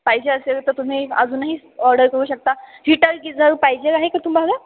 पाहिजे असेल तर तुम्ही अजूनही ऑर्डर करू शकता हिटर गिजर पाहिजे आहे का तुम्हाला